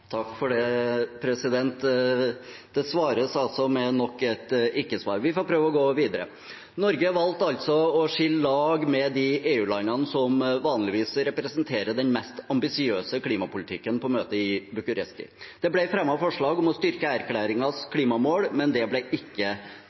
Det svares med nok et ikke-svar. Vi får prøve å gå videre. Norge valgte å skille lag med de EU-landene som vanligvis representerer den mest ambisiøse klimapolitikken, på møtet i Bucuresti. Det ble fremmet forslag om å styrke erklæringens klimamål, men det ble ikke